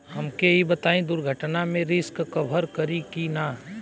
हमके ई बताईं दुर्घटना में रिस्क कभर करी कि ना?